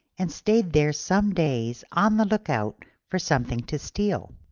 and stayed there some days on the look-out for something to steal.